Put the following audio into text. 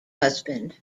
husband